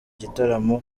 gitaramo